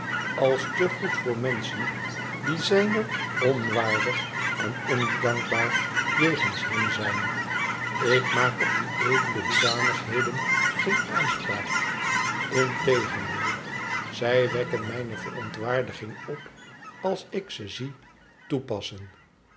als te goed voor menschen die zijner onwaardig en ondankbaar jegens hem zijn ik maak op die edele hoedanigheden geen aanspraak integendeel zij wekken mijne verontwaardiging op ds ik ze zie toepassen